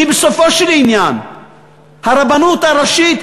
כי בסופו של עניין הרבנות הראשית,